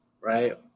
right